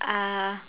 uh